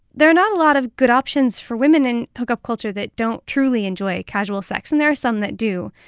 there are not a lot of good options for women in hookup culture that don't truly enjoy casual sex. and there are some that do.